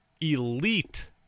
elite